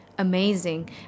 Amazing